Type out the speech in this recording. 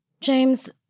James